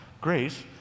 grace